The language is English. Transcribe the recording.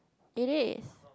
it is